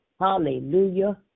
hallelujah